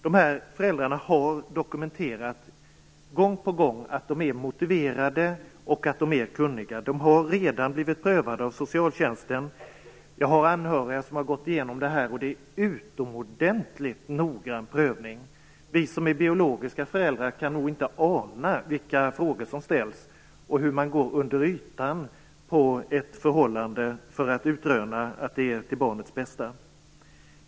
Dessa föräldrar har dokumenterat gång på gång att de är motiverade och att de är kunniga. De har redan blivit prövade av socialtjänsten. Jag har anhöriga som har gått igenom det här, och det är en utomordentlig noggrann prövning. Vi som är biologiska föräldrar kan nog inte ana vilka frågor som ställs och hur man går under ytan på ett förhållande för att utröna att det är till barnets bästa.